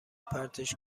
پرتش